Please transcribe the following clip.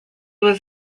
was